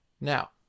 Now